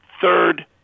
third